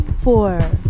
four